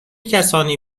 کسانی